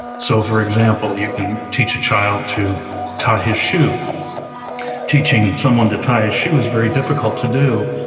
so for example, you can teach a child to tie his shoe teaching someone to tie his shoe is very difficult to do.